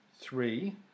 three